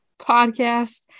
podcast